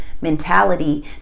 mentality